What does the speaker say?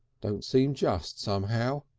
don't seem just somehow.